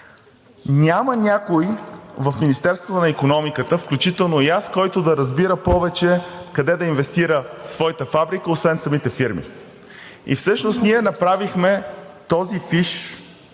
Няма някой в Министерството на икономиката, включително и аз, който да разбира повече къде да инвестира своята фабрика, освен самите фирми. Всъщност ние направихме този фиш